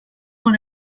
one